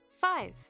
Five